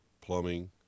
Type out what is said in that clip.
plumbing